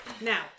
Now